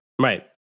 Right